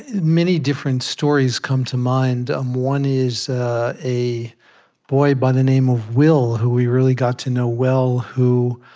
many different stories come to mind. um one is a boy by the name of will, who we really got to know well, who